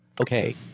Okay